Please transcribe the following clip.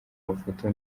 mafoto